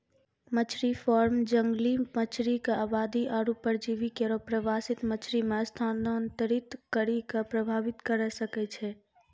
मछरी फार्म जंगली मछरी क आबादी आरु परजीवी केरो प्रवासित मछरी म स्थानांतरित करि कॅ प्रभावित करे सकै छै